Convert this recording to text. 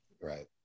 Right